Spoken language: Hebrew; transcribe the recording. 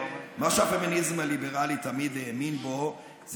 מה שהפמיניזם הליברלי תמיד האמין בו זה